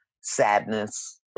sadness